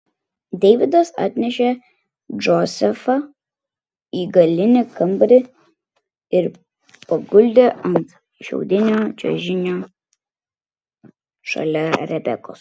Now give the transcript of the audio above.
deividas atnešė džozefą į galinį kambarį ir paguldė ant šiaudinio čiužinio šalia rebekos